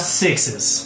sixes